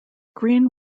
green